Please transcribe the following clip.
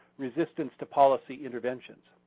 resistance to policy interventions.